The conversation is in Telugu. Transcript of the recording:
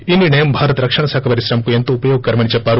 ఈ నిర్లయం భారత రక్షణ శాఖ పరిశ్రమకు ఎంతో ఉపయోగకరమని చెప్పారు